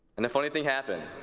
and a funny think happened.